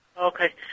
Okay